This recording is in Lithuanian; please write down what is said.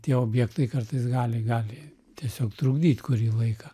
tie objektai kartais gali gali tiesiog trukdyt kurį laiką